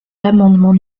l’amendement